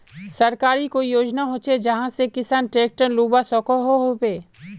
सरकारी कोई योजना होचे जहा से किसान ट्रैक्टर लुबा सकोहो होबे?